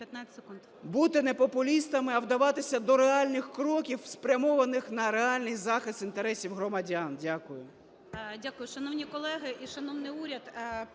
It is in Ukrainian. … не популістами, а вдаватися до реальних кроків, спрямованих на реальний захист інтересів громадян. Дякую.